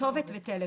כתובת וטלפון,